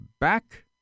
Back